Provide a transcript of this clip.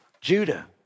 Judah